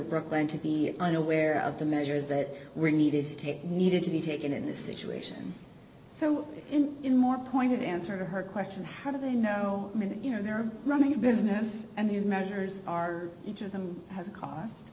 brooklyn to be unaware of the measures that were needed to take needed to be taken in this situation so in more pointed answer her question how do they know that you know they're running a business and these measures are each of them has a cost